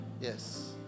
Yes